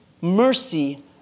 mercy